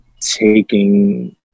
taking